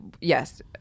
yes